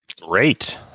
Great